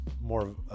more